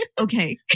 Okay